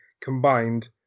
combined